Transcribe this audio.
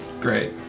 Great